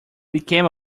became